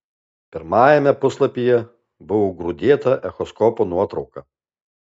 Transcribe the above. pirmajame puslapyje buvo grūdėta echoskopo nuotrauka